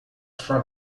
sua